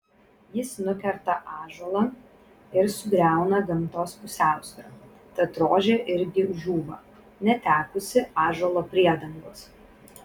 jis nukerta ąžuolą ir sugriauna gamtos pusiausvyrą tad rožė irgi žūva netekusi ąžuolo priedangos